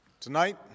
Tonight